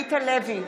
עמית הלוי,